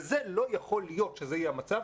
וזה לא יכול להיות שזה יהיה המצב.